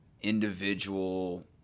individual